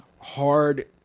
hard